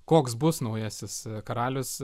koks bus naujasis karalius